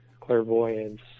clairvoyance